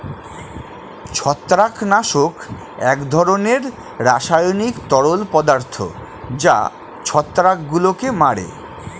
ছত্রাকনাশক এক ধরনের রাসায়নিক তরল পদার্থ যা ছত্রাকগুলোকে মারে